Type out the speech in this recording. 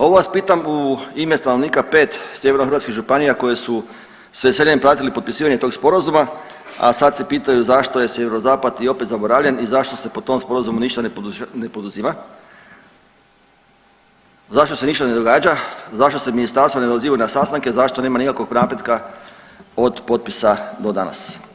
Ovo vas pitam u ime stanovnika 5 sjevernohrvatskih županije koje su s veseljem pretili potpisivanje tog sporazuma, a sad se pitaju zašto je sjeverozapad i opet zaboravljen i zašto se po tom sporazumu ništa ne poduzima, zašto se ništa ne događa, zašto se ministarstvo ne odaziva na sastanke, zašto nema nikakvog napretka od potpisa do danas.